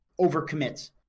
overcommit